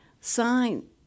sign